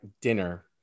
dinner